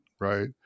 right